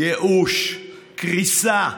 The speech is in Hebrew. ייאוש, קריסה,